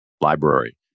library